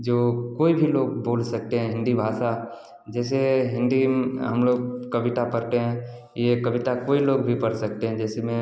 जो कोई भी लोग बोल सकते हैं हिन्दी भाषा जैसे हिन्दी हम लोग कविता पढ़ते हैं यह कविता कोई लोग भी पढ़ सकते हैं जिसमें